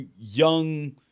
young